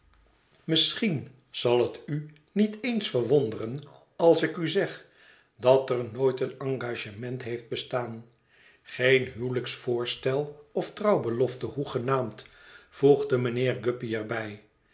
misschien zal het u niet eens verwonderen als ik u zeg dat er nooit een engagement heeft bestaan geen huwelijksvoorstel of trouwbelofte hoegenaamd voegde mijnheer guppy er